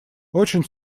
очень